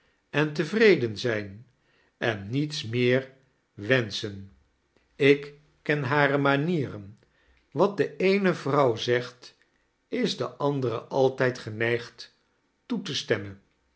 en tevreden zijn en niets meer weinschen ik ken hare manieren wat de eene vrouw zegt is de andere altijd genedgd toe te stemmen